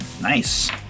nice